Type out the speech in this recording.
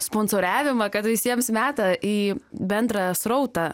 sponsoriavimą kad visiems meta į bendrą srautą